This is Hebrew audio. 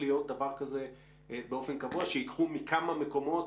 להיות דבר כזה באופן קבוע שייקחו מכמה מקומות